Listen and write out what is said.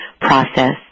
process